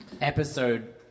Episode